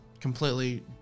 completely